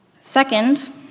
Second